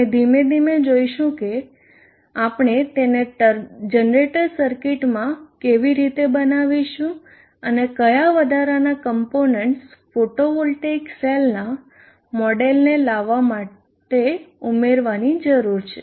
આપણે ધીમે ધીમે જોઈશું કે આપણે તેને જનરેટર સર્કિટમાં કેવી રીતે બનાવીશું અને કયા વધારાના કમ્પોનન્ટસ ફોટોવોલ્ટેઇક સેલના મોડેલને લાવવા માટે ઉમેરવાની જરૂર છે